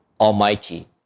Almighty